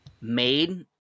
made